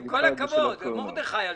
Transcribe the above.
אני יכול לדבר קצת יותר קונקרטית על